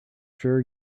sure